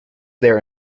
their